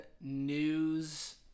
news